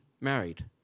married